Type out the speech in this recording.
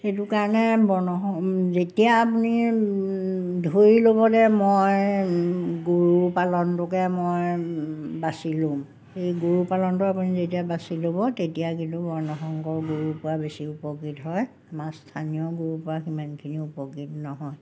সেইটো কাৰণে বৰ্ণ যেতিয়া আপুনি ধৰি ল'ব যে মই গৰু পালনটোকে মই বাচি ল'ম সেই গৰু পালনটো আপুনি যেতিয়া বাচি ল'ব তেতিয়া কিন্তু বৰ্ণসংকৰ গৰুৰপৰা বেছি উপকৃত হয় আমাৰ স্থানীয় গৰুৰপৰা সিমানখিনি উপকৃত নহয়